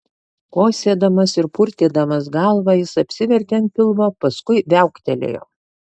kosėdamas ir purtydamas galvą jis apsivertė ant pilvo paskui viauktelėjo